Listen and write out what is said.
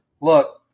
look